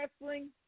wrestling